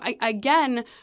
again